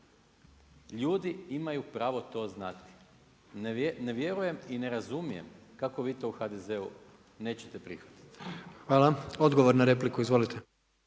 Ljudi imaju pravo to znati. Ne vjerujem i ne razumijem kako vi to u HDZ-u nećete prihvatiti? **Jandroković, Gordan